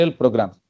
program